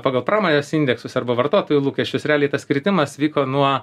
pagal pramonės indeksus arba vartotojų lūkesčius realiai tas kritimas vyko nuo